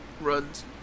Runs